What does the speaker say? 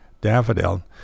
daffodil